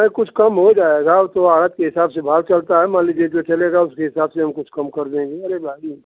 कुछ कम हो जाएगा उ तो अड़हत के हिसाब से भाव चलता है मान लीजिए जो चलेगा उसके हिसाब से हम कम कर देंगे अरे बाद में